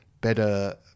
better